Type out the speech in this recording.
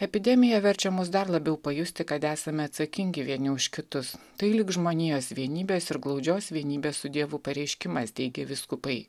epidemija verčia mus dar labiau pajusti kad esame atsakingi vieni už kitus tai lyg žmonijos vienybės ir glaudžios vienybės su dievu pareiškimas teigia vyskupai